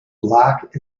block